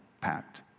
packed